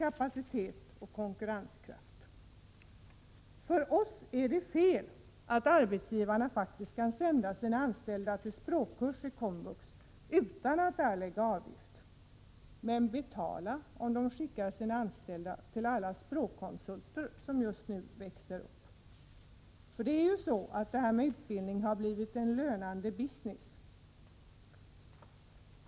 Vi menar att det är fel att arbetsgivarna faktiskt kan sända sina Anslag till vuxenutbildanställda till språkkurs i komvux utan att erlägga avgift, men kan betala om de skickar sina anställda till några av alla de språkkonsulter som just nu blir allt fler. Det är ju så att utbildning har blivit en lönande business.